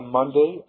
Monday